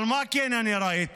אבל מה כן ראיתי?